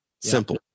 simple